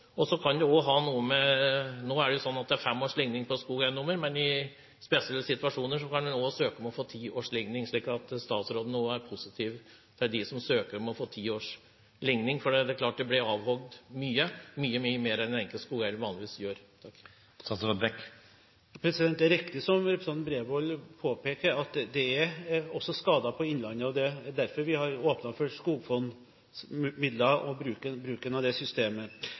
og råd. Nå er det fem års ligning på skogeiendommer, men i spesielle situasjoner kan en søke om å få ti års ligning. Jeg håper statsråden er positiv med hensyn til dem som søker om å få ti års ligning, for det er klart at det blir avhogd mye, mye mer enn den enkelte skogeier vanligvis gjør. Det er riktig som representanten Bredvold påpeker, at det også er skader i innlandet, og det er derfor vi har åpnet for skogfondsmidler og bruken av det systemet.